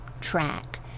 track